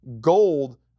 Gold